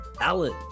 Alan